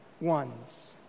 ones